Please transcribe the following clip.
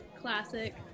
classic